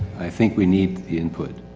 i think we need the input.